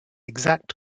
exact